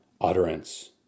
utterance